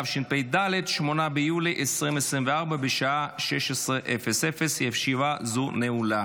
בעד, ארבעה, אפס מתנגדים.